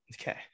Okay